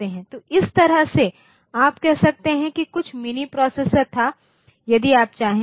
तो इस तरह से आप कह सकते हैं कि कुछ मिनी प्रोसेसर था यदि आप चाहें